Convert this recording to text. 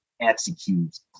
executes